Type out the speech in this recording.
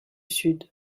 sud